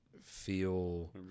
feel